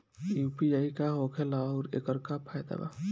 UPI का होखेला आउर एकर का फायदा बा?